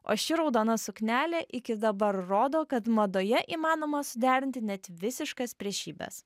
o ši raudona suknelė iki dabar rodo kad madoje įmanoma suderinti net visiškas priešybes